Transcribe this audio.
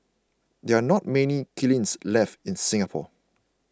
there are not many kilns left in Singapore